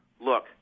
look